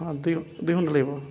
ହଁ ଦୁଇ ଦୁଇ ଘଣ୍ଟା ଲାଗିବ